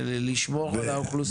לשמור על האוכלוסייה.